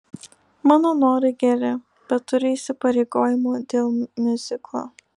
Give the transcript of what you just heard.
mano norai geri bet turiu įsipareigojimų dėl miuziklo